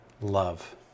love